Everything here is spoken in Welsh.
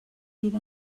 bydd